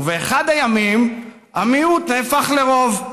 ובאחד הימים המיעוט נהפך לרוב,